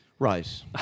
Right